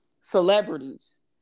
celebrities